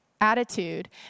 attitude